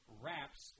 wraps